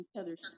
other's